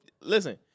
listen